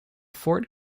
fort